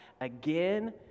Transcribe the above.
again